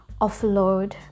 offload